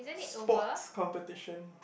sports competition